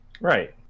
Right